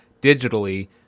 digitally